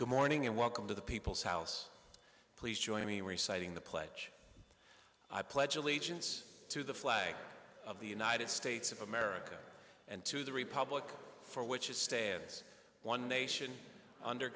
good morning and welcome to the people's house please join me reciting the pledge i pledge allegiance to the flag of the united states of america and to the republic for which is stands one